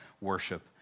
worship